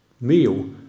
meal